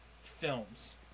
films